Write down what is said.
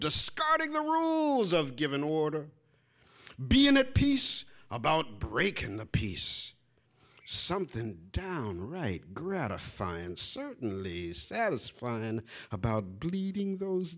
discarding the rules of given order be in a piece about breaking the peace something downright gratify and certainly satisfy and about bleeding those